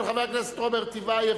של חבר הכנסת רוברט טיבייב,